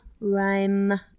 rhyme